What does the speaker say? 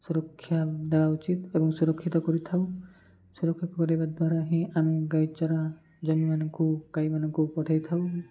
ସୁରକ୍ଷା ଦେବା ଉଚିତ୍ ଏବଂ ସୁରକ୍ଷିତ କରିଥାଉ ସୁରକ୍ଷା କରିବା ଦ୍ୱାରା ହିଁ ଆମେ ଗାଈଚରା ଜମିମାନଙ୍କୁ ଗାଈମାନଙ୍କୁ ପଠାଇଥାଉ